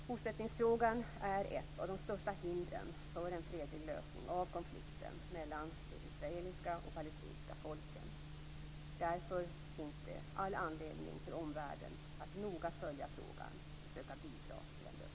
Bosättningsfrågan är ett av de största hindren för en fredlig lösning av konflikten mellan de israeliska och palestinska folken. Därför finns det all anledning för omvärlden att noga följa frågan och söka bidra till en lösning.